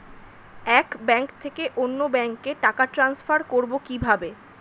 এক ব্যাংক থেকে অন্য ব্যাংকে টাকা ট্রান্সফার করবো কিভাবে?